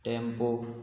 tempo